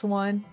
one